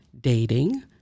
dating